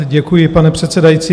Děkuji, pane předsedající.